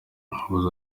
yavuze